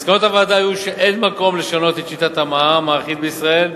מסקנות הוועדה היו שאין מקום לשנות את שיטת המע"מ האחיד בישראל,